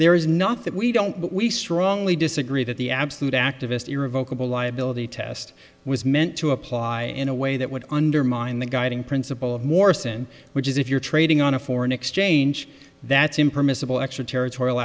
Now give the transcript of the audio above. there is not that we don't but we strongly disagree that the absolute activist irrevocably liability test was meant to apply in a way that would undermine the guiding principle of morrison which is if you're trading on a foreign exchange that's impermissible extraterritorial